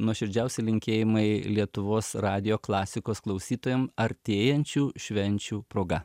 nuoširdžiausi linkėjimai lietuvos radijo klasikos klausytojam artėjančių švenčių proga